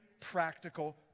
practical